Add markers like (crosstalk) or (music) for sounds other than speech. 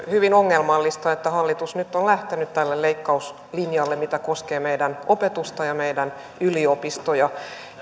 (unintelligible) hyvin ongelmallista että hallitus nyt on lähtenyt tälle leikkauslinjalle mikä koskee meidän opetusta ja meidän yliopistoja